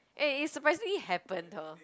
eh it surprisingly happened hor